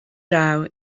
draw